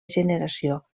generació